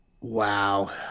Wow